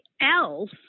else